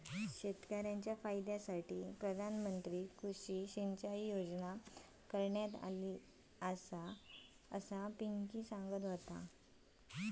शेतकऱ्यांच्या फायद्यासाठी प्रधानमंत्री कृषी सिंचाई योजना करण्यात आली आसा, असा पिंकीनं सांगल्यान